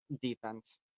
defense